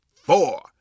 Four